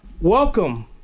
welcome